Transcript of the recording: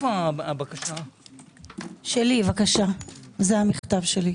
זה המכתב שלי.